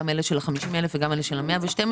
גם אלה של ה-50,000 וגם אלה של ה-112,000?